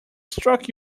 struck